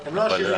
הם לא עשירים.